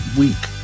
week